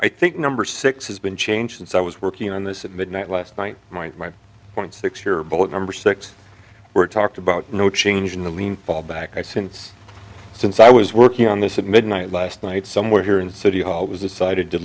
i think number six has been changed since i was working on this at midnight last night might my point six year old number six were talked about no change in the lean fallback i sense since i was working on this at midnight last night somewhere here in city hall it was decided to